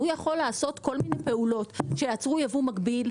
הוא יכול לעשות כל מיני פעולות שיעצרו ייבוא מקביל.